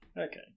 Okay